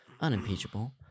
unimpeachable